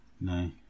no